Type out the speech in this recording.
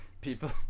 people